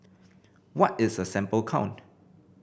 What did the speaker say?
what is a sample count